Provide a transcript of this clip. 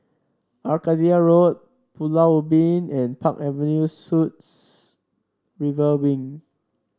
Arcadia Road Pulau Ubin and Park Avenue Suites River Wing